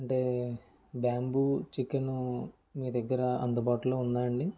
అంటే bamboo chicken మీ దగ్గర అందుబాటులో ఉందా అండి